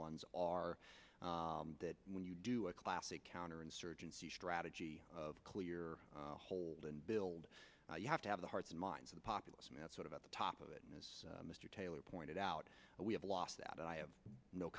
ones are that when you do a classic counterinsurgency strategy of clear hold and build you have to have the hearts and minds of the populace that sort of at the top of it mr taylor pointed out we have lost that i have no